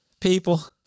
people